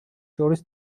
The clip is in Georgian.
შორის